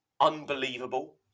unbelievable